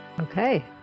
Okay